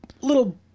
little